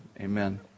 amen